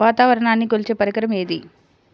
వాతావరణాన్ని కొలిచే పరికరం ఏది?